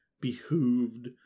behooved